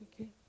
Okay